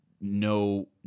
no